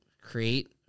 create